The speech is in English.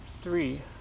three